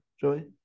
Joey